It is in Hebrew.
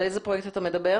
על איזה פרויקט אתה מדבר?